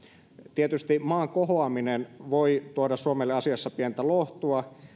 tietysti maan kohoaminen voi tuoda suomelle asiassa pientä lohtua